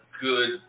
good